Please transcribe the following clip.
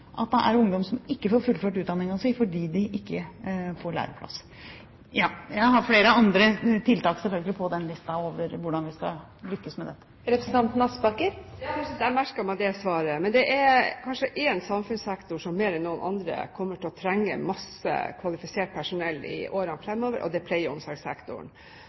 at det er ungdom som ikke får fullført utdanningen sin fordi de ikke får læreplass. Jeg har flere andre tiltak, selvfølgelig, på listen over hvordan vi skal lykkes med dette. Jeg merket meg svaret, men det er kanskje én samfunnssektor som mer enn noen annen kommer til å trenge masse kvalifisert personell i årene fremover, og det er pleie- og omsorgssektoren.